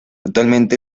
actualmente